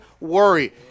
worry